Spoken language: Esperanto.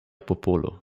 popolo